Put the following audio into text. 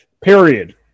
Period